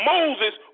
Moses